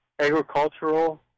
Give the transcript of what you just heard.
agricultural